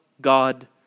God